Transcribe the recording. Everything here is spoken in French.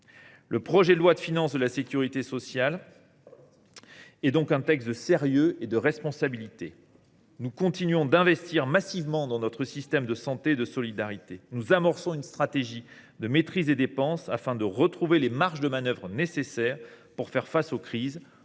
Le projet de loi de financement de la sécurité sociale est donc un texte que caractérisent le sérieux et l’esprit de responsabilité. Nous continuons d’investir massivement dans notre système de santé et de solidarité. Nous amorçons une stratégie de maîtrise des dépenses, afin de retrouver les marges de manœuvre nécessaires pour faire face aux crises.